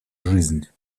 жизнь